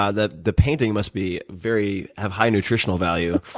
ah the the painting must be very have high nutritional value.